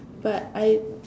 but I